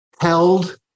held